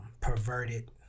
perverted